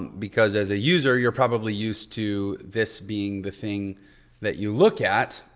because as a user, you're probably used to this being the thing that you look at.